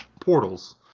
portals